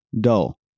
dull